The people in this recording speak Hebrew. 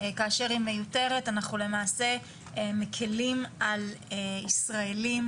כאשר היא מיותרת אנחנו למעשה מקלים על ישראלים,